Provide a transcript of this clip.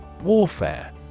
Warfare